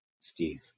Steve